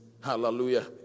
hallelujah